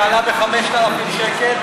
שעלה ב-5,000 שקל,